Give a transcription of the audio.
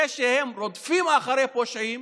זה שהם רודפים אחרי פושעים